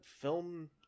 film